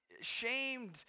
shamed